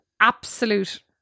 Absolute